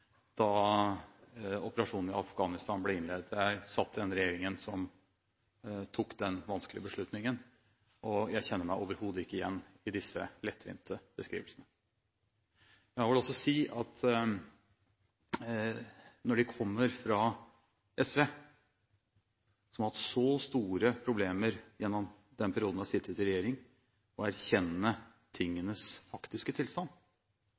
da operasjonen i Afghanistan ble innledet. Jeg satt i den regjeringen som tok den vanskelige beslutningen, og jeg kjenner meg overhodet ikke igjen i disse lettvinte beskrivelsene. Jeg vil også si at når det kommer fra SV, som gjennom den perioden de har sittet i regjering, har hatt så store problemer med å erkjenne tingenes faktiske